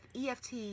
EFT